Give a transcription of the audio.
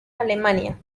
alemania